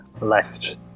left